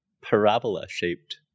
parabola-shaped